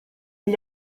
gli